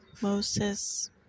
Moses